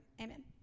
amen